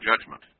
judgment